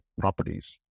properties